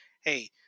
Hey